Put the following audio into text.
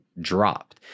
dropped